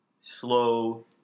slow